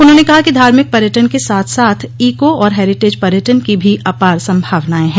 उन्होंने कहा कि धार्मिक पर्यटन के साथ साथ ईको और हेरिटेज पर्यटन की भी अपार संभावनाएं है